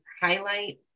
highlight